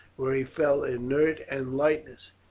where he fell inert and lifeless,